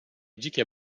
dzikie